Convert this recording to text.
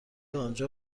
آنجا